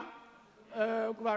לא מאמין.